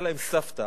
היתה להם סבתא,